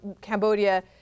Cambodia